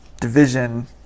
Division